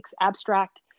abstract